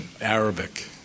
Arabic